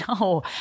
No